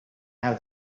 have